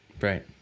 Right